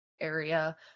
area